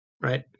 right